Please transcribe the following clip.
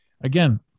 again